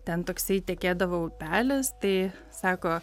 ten toksai tekėdavo upelis tai sako